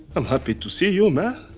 i'm happy to see you, man.